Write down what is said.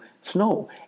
snow